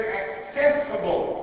accessible